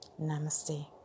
namaste